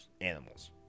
animals